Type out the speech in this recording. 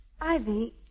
Ivy